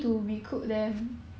orh